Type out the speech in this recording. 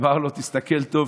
ואמר לו: תסתכל טוב,